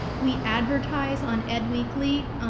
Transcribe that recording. we advertise on ed weekly,